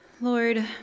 Lord